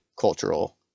cultural